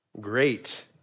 great